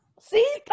see